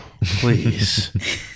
Please